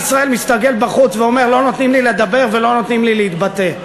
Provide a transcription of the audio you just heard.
ועם ישראל מסתכל בחוץ ואומר: לא נותנים לי לדבר ולא נותנים לי להתבטא.